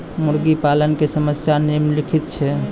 मुर्गा पालन के समस्या निम्नलिखित छै